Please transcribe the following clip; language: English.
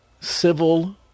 civil